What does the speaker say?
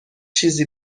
چیزی